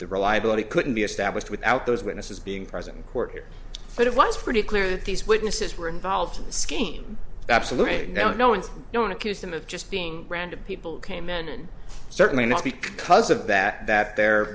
the reliability couldn't be established without those witnesses being present in court here but it was pretty clear that these witnesses were involved in the scheme absolutely no no and don't accuse them of just being random people came in certainly not because of that that they're